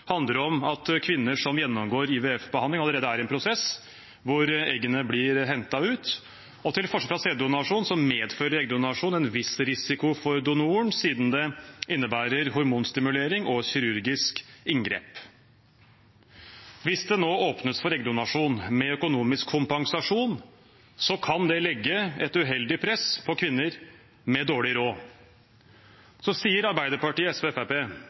handler om at kvinner som gjennomgår IVF-behandling, allerede er i en prosess hvor eggene blir hentet ut. Til forskjell fra sæddonasjon medfører eggdonasjon en viss risiko for donoren, siden det innebærer hormonstimulering og kirurgisk inngrep. Hvis det nå åpnes for eggdonasjon med økonomisk kompensasjon, kan det legge et uheldig press på kvinner med dårlig råd. Så sier Arbeiderpartiet, SV